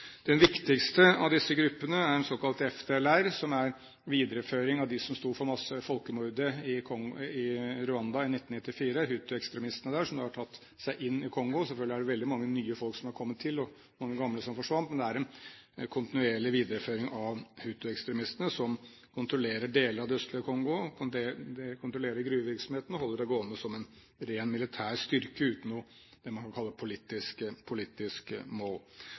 Den viktigste av disse gruppene er den såkalte FDLR, som er en videreføring av dem som sto for folkemordet i Rwanda i 1994 – hutuekstremistene der, som har tatt seg inn i Kongo. Selvfølgelig er det veldig mange nye folk som har kommet til, og mange gamle som forsvant, men det er en kontinuerlig videreføring av hutuekstremistene som kontrollerer deler av det østlige Kongo. De kontrollerer gruvevirksomheten og holder det gående som en ren militær styrke, uten noe av det man kaller politiske mål.